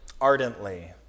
ardently